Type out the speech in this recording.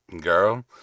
Girl